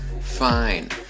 fine